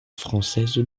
française